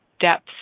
depth